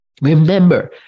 Remember